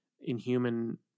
Inhuman